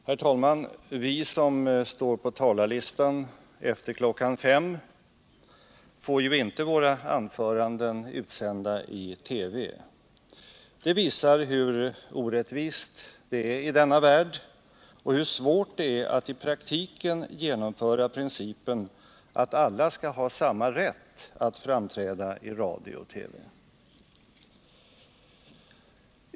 Herr talman! Vi som står långt ner på talarlistan och måste tala efter kl. 17.00 får ju inte våra anföranden utsända i TV. Det visar hur orättvist det är i denna värld och hur svårt det är att i praktiken genomföra principen att alla skall ha samma rätt att framträda i radio och TV.